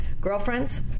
girlfriends